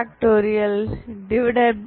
2nn 4